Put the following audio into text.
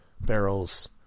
barrels